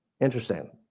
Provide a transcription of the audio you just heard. Interesting